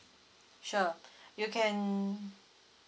sure you can